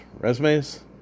resumes